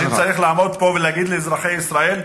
אני צריך לעמוד פה ולהגיד לאזרחי ישראל: